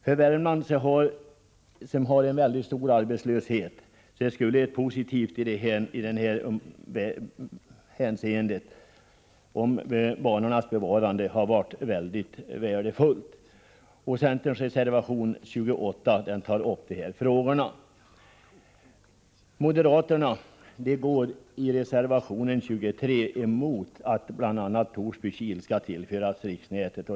För Värmland, som har en stor arbetslöshet, skulle ett positivt besked om banornas bevarande ha varit välkommet. Centerns reservation 28 tar upp de här frågorna. Moderaterna går i reservation 23 bl.a. emot att sträckan Torsby-Kil skall tillföras riksnätet.